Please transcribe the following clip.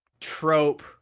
trope